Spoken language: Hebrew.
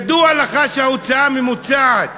ידוע לך שההוצאה הממוצעת